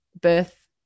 birth